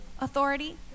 authority